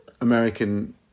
American